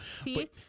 See